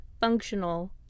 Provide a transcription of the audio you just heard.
functional